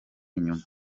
inyuma